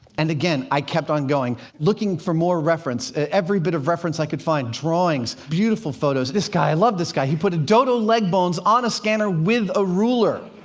and again, i kept on going, looking for more reference, every bit of reference i could find drawings, beautiful photos. this guy i love this guy! he put a dodo leg bones on a scanner with a ruler.